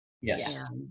Yes